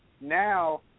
now